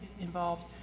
involved